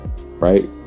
right